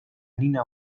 nina